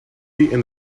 and